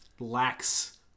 lacks